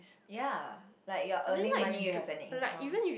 ya like you're earning money you have an income